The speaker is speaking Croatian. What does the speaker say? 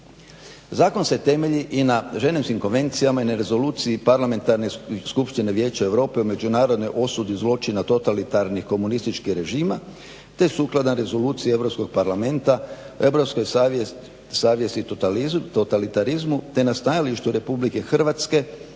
Zakon se temelji i na ženevskim konvencijama i Rezoluciji parlamentarne skupštine Vijeća Europe o međunarodnoj osudi zločina totalitarnih komunističkih režima te sukladan Rezoluciji EU parlamenta europske savjesti i totalitarizmu te na stajalištu RH da vojne